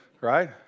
right